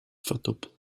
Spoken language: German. verdoppelt